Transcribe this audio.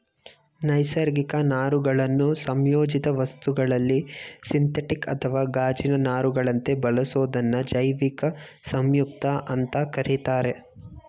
ನೈಸರ್ಗಿಕ ನಾರುಗಳನ್ನು ಸಂಯೋಜಿತ ವಸ್ತುಗಳಲ್ಲಿ ಸಿಂಥೆಟಿಕ್ ಅಥವಾ ಗಾಜಿನ ನಾರುಗಳಂತೆ ಬಳಸೋದನ್ನ ಜೈವಿಕ ಸಂಯುಕ್ತ ಅಂತ ಕರೀತಾರೆ